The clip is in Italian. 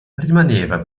rimaneva